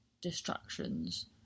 distractions